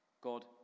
God